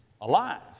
alive